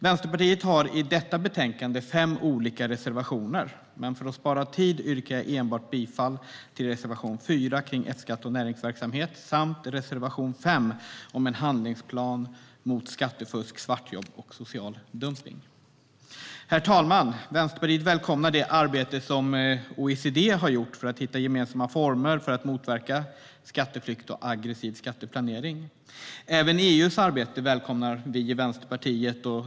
Vänsterpartiet har i detta betänkande fem olika reservationer, men för att spara tid yrkar jag enbart bifall till reservation 4 om F-skatt och näringsverksamhet samt reservation 5 om en handlingsplan mot skattefusk, svartjobb och social dumpning. Herr talman! Vi i Vänsterpartiet välkomnar det arbete som OECD har gjort för att hitta gemensamma former för att motverka skatteflykt och aggressiv skatteplanering. Vänsterpartiet välkomnar även EU:s arbete.